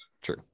True